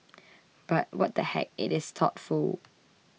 but what the heck it is thoughtful